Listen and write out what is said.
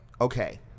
Okay